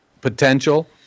potential